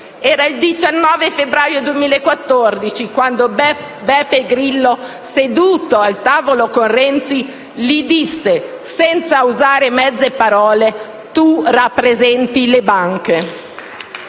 Era il 19 febbraio 2014 quando Beppe Grillo, seduto al tavolo con Renzi, gli disse, senza usare mezze parole: «Tu rappresenti le banche».